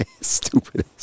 Stupid